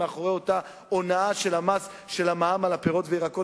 מאחורי אותה הונאה של המע"מ על הפירות והירקות.